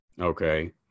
Okay